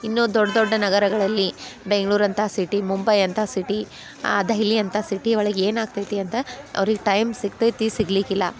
ಇನ್ನೂ ದೊಡ್ಡ ದೊಡ್ಡ ನಗರಗಳಲ್ಲಿ ಬೆಂಗ್ಳೂರು ಅಂಥ ಸಿಟಿ ಮುಂಬೈ ಅಂಥ ಸಿಟಿ ದೆಹಲಿ ಅಂಥ ಸಿಟಿ ಒಳಗೆ ಏನು ಆಗ್ತೈತಿ ಅಂತ ಅವ್ರಿಗೆ ಟೈಮ್ ಸಿಗ್ತೈತಿ ಸಿಗಲಿಕ್ಕಿಲ್ಲ